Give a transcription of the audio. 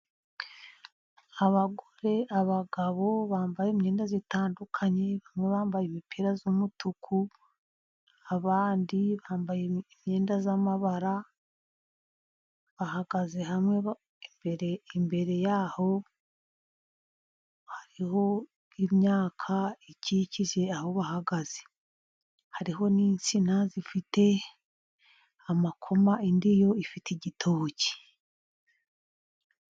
Abagore, abagabo bambaye imyenda itandukanye. Bamwe bambaye imipira y'umutuku, abandi bambaye imyenda y'amabara. Bahagaze hamwe, imbere yaho hariho imyaka ikikije aho bahagaze, hariho n'insina zifite amakoma, indi yo ifite igitoki.